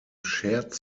scherz